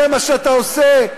זה מה שאתה עושה?